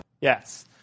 Yes